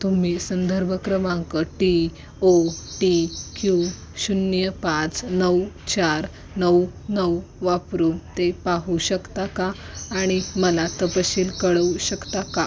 तुम्ही संदर्भ क्रमांक टी ओ टी क्यू शून्य पाच नऊ चार नऊ नऊ वापरून ते पाहू शकता का आणि मला तपशील कळवू शकता का